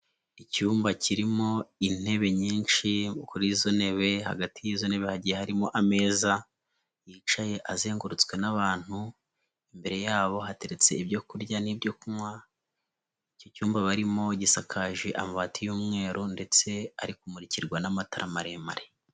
Icyumba kirimo intebe nyinshi kuri izo ntebe, hagati y'izo ntebe hagiye harimo ameza yicaye azengurutswe n'abantu, imbere yabo hateretse ibyo kurya n'ibyo kunywa, iki cyumba barimo gisakaje amabati y'umweru ndetse ari kumurikirwa n'amatara maremare.